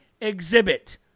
exhibit